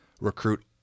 recruit